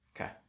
Okay